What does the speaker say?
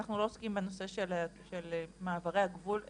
אנחנו לא עוסקים בנושא של מעברי הגבול ממש,